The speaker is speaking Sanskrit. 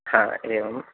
हा एवं